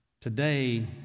Today